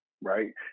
right